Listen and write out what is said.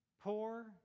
Poor